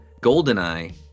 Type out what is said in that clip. Goldeneye